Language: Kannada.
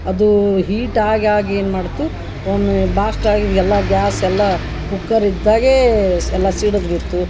ಅದು ಹೀಟ್ ಆಗಿ ಆಗಿ ಏನು ಮಾಡ್ತು ಒಮ್ಮೆ ಬಾಸ್ಟ್ ಆಗಿ ಎಲ್ಲ ಗ್ಯಾಸೆಲ್ಲ ಕುಕ್ಕರ್ ಇದ್ದಾಗೇ ಸ್ ಎಲ್ಲ ಸಿಡದು ಬಿತ್ತು